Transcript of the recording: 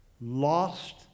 lost